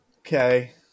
Okay